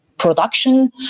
Production